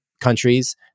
countries